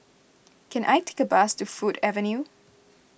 can I take a bus to Ford Avenue